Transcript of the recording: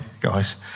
guys